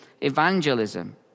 evangelism